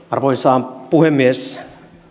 arvoisa puhemies